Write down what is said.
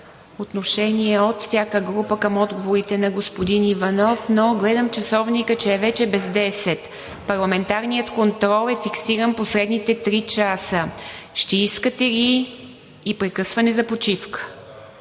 отношение от всяка група към отговорите на господин Иванов, но гледам часовника, че е вече без 10. Парламентарният контрол е фиксиран в последните три часа. Ще искате ли и прекъсване за почивка?